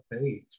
Page